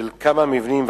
של כמה מבנים.